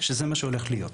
שזה מה שהולך להיות,